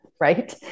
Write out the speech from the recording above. Right